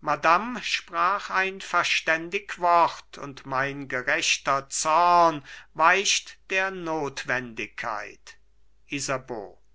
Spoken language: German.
madame sprach ein verständig wort und mein gerechter zorn weicht der notwendigkeit isabeau